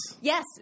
Yes